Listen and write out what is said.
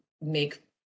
make